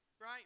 right